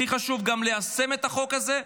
הכי חשוב גם ליישם את החוק הזה,